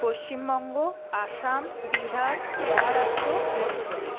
Paschimbanga Assam Bihar Maharashtra Madhya Pradesh